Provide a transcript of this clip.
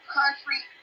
country